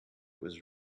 was